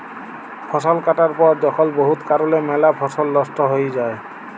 ফসল কাটার পর যখল বহুত কারলে ম্যালা ফসল লস্ট হঁয়ে যায়